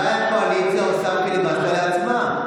ממתי הקואליציה עושה פיליבסטר לעצמה?